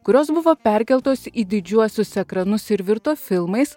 kurios buvo perkeltos į didžiuosius ekranus ir virto filmais